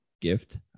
gift